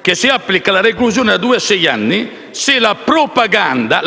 che si applica la reclusione da due a sei anni se «la propaganda»